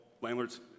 landlords